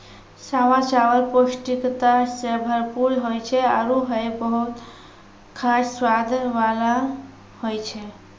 सावा चावल पौष्टिकता सें भरपूर होय छै आरु हय बहुत खास स्वाद वाला होय छै